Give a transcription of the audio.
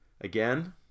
Again